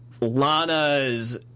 Lana's